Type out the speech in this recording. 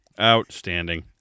Outstanding